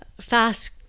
fast